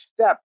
step